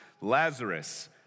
Lazarus